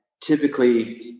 typically